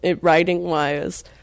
writing-wise